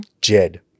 Jed